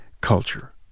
culture